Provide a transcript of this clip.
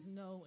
no